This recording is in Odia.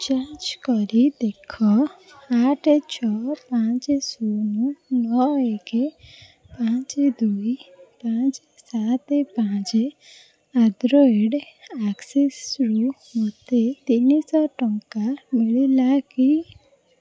ଯାଞ୍ଚ କରି ଦେଖ ଆଠ ଛଅ ପାଞ୍ଚ ଶୂନ ନଅ ଏକ ପାଞ୍ଚ ଦୁଇ ପାଞ୍ଚ ସାତ ପାଞ୍ଚ ଆଟ୍ ଦ ରେଟ୍ ଆକ୍ସିସ୍ରୁ ମୋତେ ତିନିଶହ ଟଙ୍କା ମିଳିଲା କି